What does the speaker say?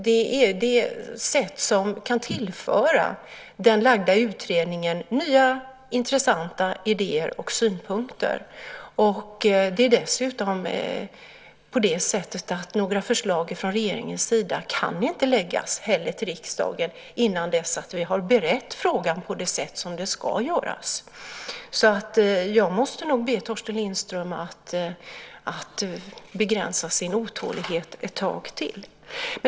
Det är ett sätt som kan tillföra utredningen nya intressanta idéer och synpunkter. Det är dessutom så att några förslag från regeringens sida inte kan läggas fram för riksdagen innan dess att vi har berett frågan på det sätt som ska göras. Jag måste nog be Torsten Lindström att begränsa sin otålighet ett tag till.